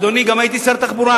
אדוני, גם הייתי שר תחבורה.